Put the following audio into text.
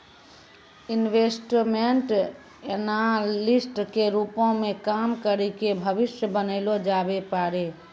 investment analyst के रूपो मे काम करि के भविष्य बनैलो जाबै पाड़ै